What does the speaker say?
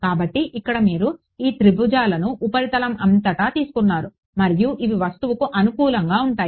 కాబట్టి ఇక్కడ మీరు ఈ త్రిభుజాలను ఉపరితలం అంతటా తీసుకున్నారు మరియు ఇవి వస్తువుకు అనుకూలంగా ఉంటాయి